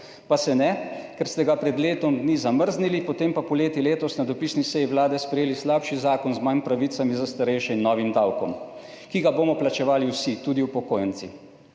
pa se ne, ker ste ga pred letom dni zamrznili, potem pa poleti letos na dopisni seji vlade sprejeli slabši zakon z manj pravicami za starejše in novim davkom, ki ga bomo plačevali vsi, tudi upokojenci.